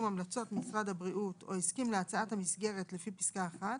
המלצות משרד הבריאות או הסכים להצעת המסגרת לפי פסקה (1),